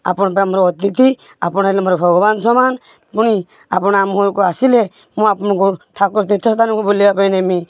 ଆପଣ ତ ଆମର ଅତିଥି ଆପଣ ହେଲେ ମୋର ଭଗବାନ ସମାନ ପୁଣି ଆପଣ ଆମ ଘରକୁ ଆସିଲେ ମୁଁ ଆପଣଙ୍କୁ ଠାକୁର ତୀର୍ଥସ୍ଥାନକୁ ବୁଲାଇବା ପାଇଁ ନେବି